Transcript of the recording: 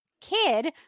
kid